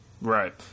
Right